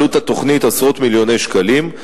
עלות התוכנית עשרות מיליוני שקלים,